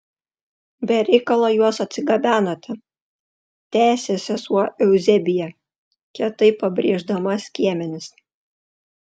be reikalo juos atsigabenote tęsė sesuo euzebija kietai pabrėždama skiemenis